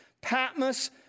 Patmos